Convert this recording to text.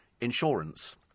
insurance